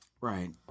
Right